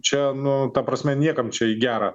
čia nu ta prasme niekam čia į gera